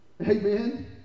Amen